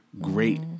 great